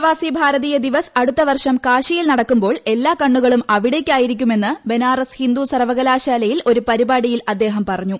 പ്രവാസി ഭാരതീയ ദിവസ് അടുത്ത വർഷം കാശിയിൽ നടക്കുമ്പോൾ എല്ലാ കണ്ണുകളും അവിടേയ്ക്കായിരിക്കുമെന്ന് ബനാറസ് ഹിന്ദു സർവകലാശാലയിൽ ഒരു പരിപാടിയിൽ അദ്ദേഹം പറഞ്ഞു